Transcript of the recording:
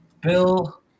Bill